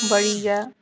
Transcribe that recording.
बड़ी गै